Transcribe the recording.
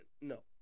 No